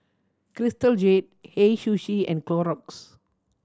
Crystal Jade Hei Sushi and Clorox